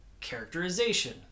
Characterization